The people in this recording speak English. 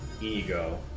ego